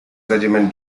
regiment